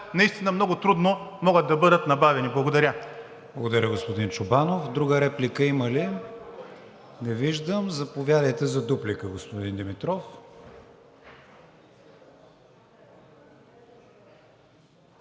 наистина много трудно могат да бъдат набавени? Благодаря. ПРЕДСЕДАТЕЛ КРИСТИАН ВИГЕНИН: Благодаря, господин Чобанов. Друга реплика има ли? Не виждам. Заповядайте за дуплика, господин Димитров.